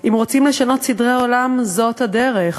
אם רוצים לשנות סדרי עולם, זאת הדרך.